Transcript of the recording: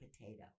potato